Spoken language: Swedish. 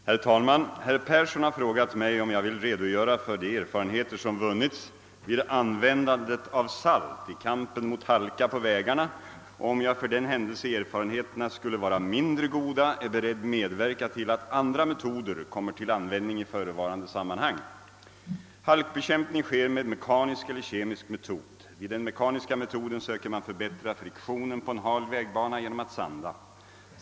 Herr talman! Herr Persson i Heden har frågat mig om jag vill redogöra för de erfarenheter som vunnits vid användandet av salt i kampen mot halka på vägarna, och om jag för den händelse erfarenheterna skulle vara mindre goda är beredd medverka till att andra metoder kommer till användning i förevarande sammanhang. Halkbekämpning sker med mekanisk eller kemisk metod. Vid den mekaniska metoden söker man förbättra friktionen på en hal vägbana genom att sanda.